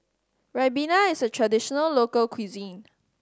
ribena is a traditional local cuisine